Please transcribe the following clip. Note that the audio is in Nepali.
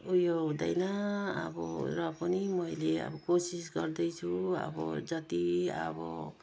उयो हुँदैन अब र पनि मैले अब कोसिस गर्दैछु अब जति अब